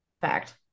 Fact